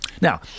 Now